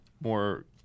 more